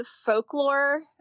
folklore